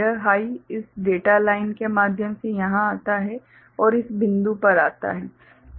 यह हाइ इस डेटा लाइन के माध्यम से यहां आता है और इस बिंदु पर आता है